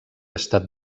estat